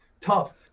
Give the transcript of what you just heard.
tough